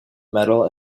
metal